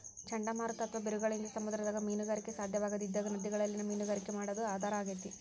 ಚಂಡಮಾರುತ ಅತ್ವಾ ಬಿರುಗಾಳಿಯಿಂದ ಸಮುದ್ರದಾಗ ಮೇನುಗಾರಿಕೆ ಸಾಧ್ಯವಾಗದಿದ್ದಾಗ ನದಿಗಳಲ್ಲಿ ಮೇನುಗಾರಿಕೆ ಮಾಡೋದು ಆಧಾರ ಆಗೇತಿ